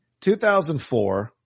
2004